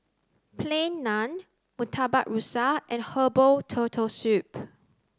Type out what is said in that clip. plain naan murtabak rusa and herbal turtle soup